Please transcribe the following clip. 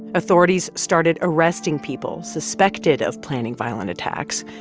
authorities started arresting people suspected of planning violent attacks,